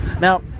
Now